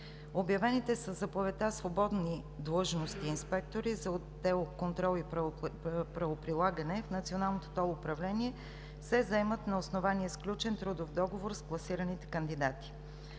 Обявените със заповедта свободни длъжности „инспектори“ за отдел „Контрол и правоприлагане“ в Националното ТОЛ управление се заемат на основание сключен трудов договор с класираните кандидати.